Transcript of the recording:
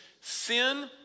Sin